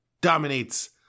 dominates